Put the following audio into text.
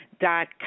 dot